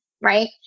Right